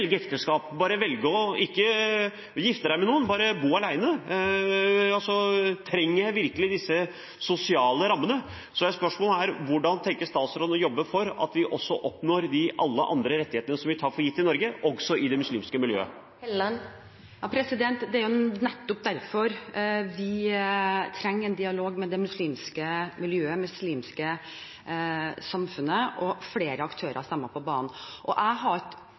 ekteskap, altså velge ikke å gifte seg med noen, bare bo alene. Trenger man virkelig disse sosiale rammene? Spørsmålet er: Hvordan tenker statsråden at hun vil jobbe for at vi oppnår alle de andre rettighetene vi tar for gitt i Norge, også i det muslimske miljøet? Det er nettopp derfor vi trenger en dialog med det muslimske miljøet og det muslimske samfunnet, og at flere aktører er sammen på banen. Jeg har